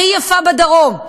הכי יפה בדרום.